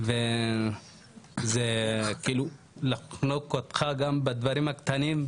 וזה לחנוק אותך גם בדברים הקטנים,